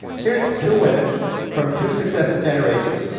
here's two women from two successive generations,